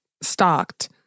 stalked